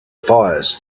fires